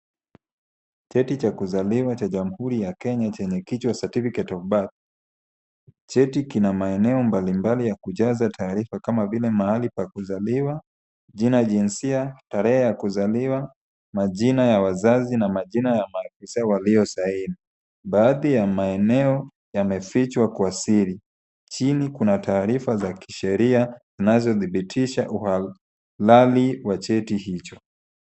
Cheti cha kuzaliwa cha jamhuri ya Kenya chenye kichwa certificate of birth . Cheti kina maeneo mbalimbali ya kujaza taarifa kama vile mahali pa kuzaliwa, jina jinsia, tarehe ya kuzaliwa, majina ya wazazi na majina ya maofisi waliosaini. Baadhi ya maeneo yamefichwa kwa siri. Chini kuna taarifa za kisheria nazo dhibitisha uhalali wa cheti hicho.